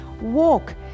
walk